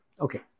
Okay